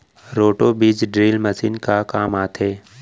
Roto बीज drill machine का काम आथे?